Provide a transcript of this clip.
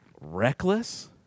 reckless